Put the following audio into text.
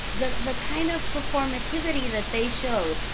the the kind of performativity that they showed.